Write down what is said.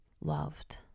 loved